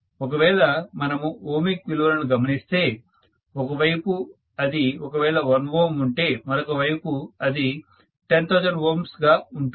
ఒకవేళ మనము ఓమిక్ విలువలను గమనిస్తే ఒక వైపు అది ఒకవేళ 1Ω ఉంటే మరొకవైపు అది 10000 Ω గా ఉంటుంది